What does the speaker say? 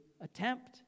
attempt